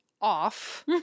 off